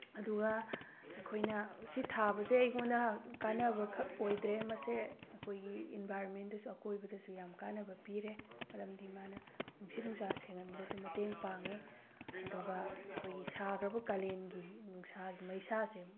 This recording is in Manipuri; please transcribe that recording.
ꯑꯗꯨꯒ ꯑꯩꯈꯣꯏꯅ ꯁꯤ ꯊꯥꯕꯁꯦ ꯑꯩꯉꯣꯟꯗ ꯀꯥꯟꯅꯕ ꯈꯛ ꯑꯣꯏꯗ꯭ꯔꯦ ꯃꯁꯦ ꯑꯩꯈꯣꯏꯒꯤ ꯏꯟꯚꯥꯏꯔꯣꯟꯃꯦꯟꯗꯁꯨ ꯑꯀꯣꯏꯕꯗꯁꯨ ꯌꯥꯝ ꯀꯥꯟꯅꯕ ꯄꯤꯔꯦ ꯃꯔꯝꯗꯤ ꯃꯥꯅ ꯅꯨꯡꯁꯤꯠ ꯅꯨꯡꯁꯥ ꯁꯦꯡꯍꯟꯕꯗꯁꯨ ꯃꯇꯦꯡ ꯄꯥꯡꯉꯦ ꯑꯗꯨꯒ ꯑꯩꯈꯣꯏꯒꯤ ꯁꯥꯈ꯭ꯔꯕ ꯀꯥꯂꯦꯟꯒꯤ ꯅꯨꯡꯁꯥꯒꯤ ꯃꯩꯁꯥꯁꯦ